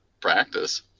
practice